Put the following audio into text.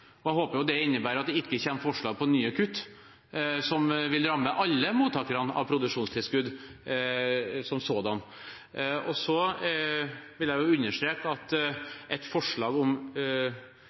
nytt. Jeg håper det innebærer at det ikke kommer forslag om nye kutt, som vil ramme alle mottakerne av produksjonstilskudd som sådan. Jeg vil understreke at et forslag om